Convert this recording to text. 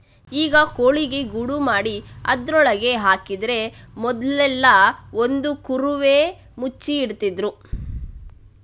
ಈಗ ಕೋಳಿಗೆ ಗೂಡು ಮಾಡಿ ಅದ್ರೊಳಗೆ ಹಾಕಿದ್ರೆ ಮೊದ್ಲೆಲ್ಲಾ ಒಂದು ಕುರುವೆ ಮುಚ್ಚಿ ಇಡ್ತಿದ್ರು